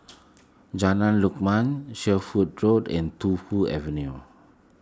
Jalan Lakum Sherwood Road and Tu Fu Avenue